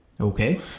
Okay